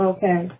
Okay